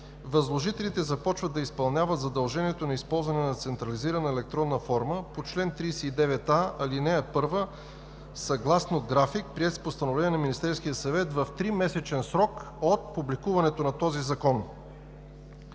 „Възложителите започват да изпълняват задължението на използване на централизирана електронна форма по чл. 39а, ал. 1 съгласно график, приет с постановление на Министерския съвет, в тримесечен срок от публикуването на този закон.“